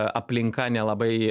aplinka nelabai